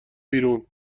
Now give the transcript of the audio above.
بیرون